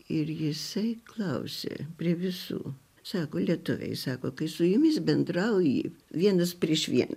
ir jisai klausė prie visų sako lietuviai sako kai su jumis bendrauji vienas prieš vieną